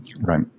Right